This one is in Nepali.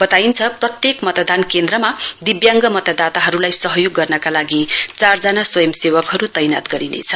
वताइन्छ प्रत्येक मतदान केन्द्रमा दिव्याङ्ग मतदाताहरुलाई सहयोग गर्नका लागि चारजना स्वयंसेवकहरु तैनात गरिनेछ